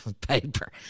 paper